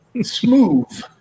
Smooth